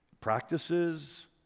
practices